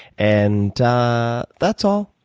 and that's all.